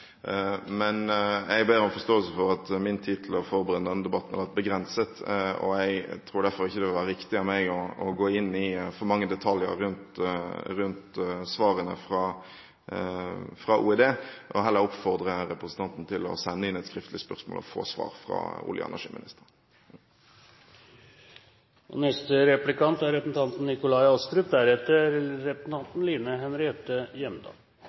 men jeg ber om forståelse for at min tid til å forberede denne debatten har vært begrenset. Jeg tror derfor ikke det er riktig av meg å gå inn i for mange detaljer rundt svarene fra Olje- og energidepartementet. Jeg vil heller oppfordre representanten til å sende inn et skriftlig spørsmål og få svar fra olje- og energiministeren. La meg få lov til å takke statsråden for hans innlegg, som var informativt og godt. Jeg har to spørsmål. Det ene er: